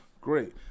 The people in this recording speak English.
great